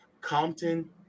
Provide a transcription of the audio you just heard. Compton